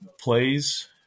plays